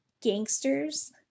gangsters